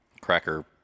cracker